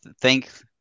thanks